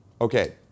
okay